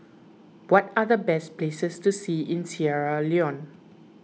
what are the best places to see in Sierra Leone